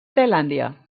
tailàndia